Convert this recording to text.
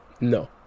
No